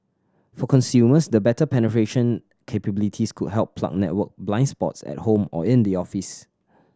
for consumers the better penetration capabilities could help plug network blind spots at home or in the office